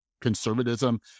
conservatism